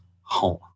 home